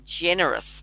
generous